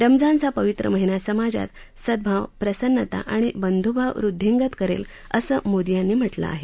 रमजानचा पवित्रा महिना समाजात सदभाव प्रसन्नता आणि बंधुभाव वृद्वींगत करेल असं मोदी यांनी म्हटलं आहे